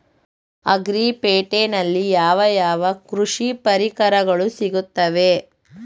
Agri ಪೇಟೆನಲ್ಲಿ ಯಾವ ಯಾವ ಕೃಷಿ ಪರಿಕರಗಳು ಸಿಗುತ್ತವೆ?